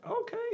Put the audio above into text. okay